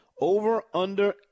over-under